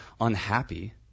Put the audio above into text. unhappy